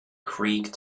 creek